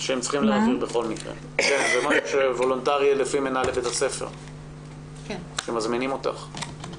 זה משהו שהוא וולנטרי לפי רצון מנהלי בתי הספר שמזמינים אותך.